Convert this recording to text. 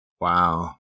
Wow